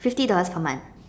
fifty dollars per month